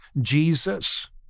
Jesus